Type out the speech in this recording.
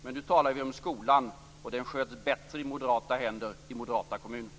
Men nu talar vi om skolan, och den sköts bättre i moderata händer, i moderata kommuner.